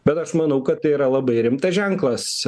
bet aš manau kad tai yra labai rimtas ženklas